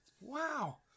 wow